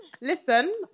listen